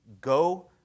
go